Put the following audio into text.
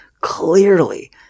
clearly